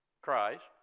Christ